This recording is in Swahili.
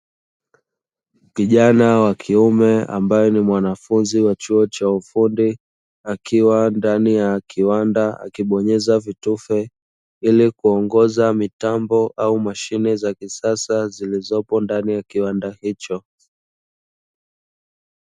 Kijana wa kiume ambaye ni mwanafunzi wa chuo cha ufundi akiwa ndani ya kiwanda akibonyeza vitufe ili kuongoza mitambo au mashine za kisasa zilizopo ndani ya kiwanda hicho.